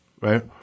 right